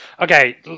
Okay